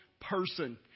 person